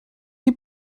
die